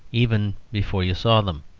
even before you saw them,